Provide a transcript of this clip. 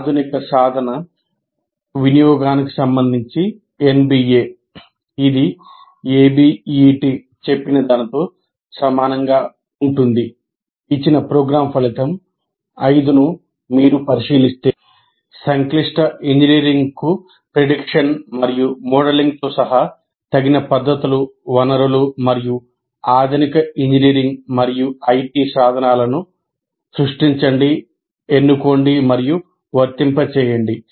ఆధునిక సాధన వినియోగానికి సంబంధించి ఎన్బిఎNBA ఇచ్చిన ప్రోగ్రామ్ ఫలితం 5 ను మీరు పరిశీలిస్తే సంక్లిష్ట ఇంజనీరింగ్కు ప్రిడిక్షన్ మరియు మోడలింగ్తో సహా తగిన పద్ధతులు వనరులు మరియు ఆధునిక ఇంజనీరింగ్ మరియు ఐటి సాధనాలను సృష్టించండి ఎంచుకోండి మరియు వర్తింపజేయండి